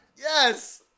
Yes